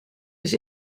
dus